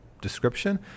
description